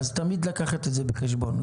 אז תמיד לקחת את זה בחשבון.